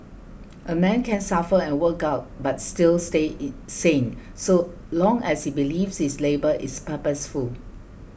a man can suffer and work out but still stay in sane so long as he believes his labour is purposeful